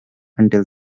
until